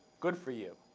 good for you.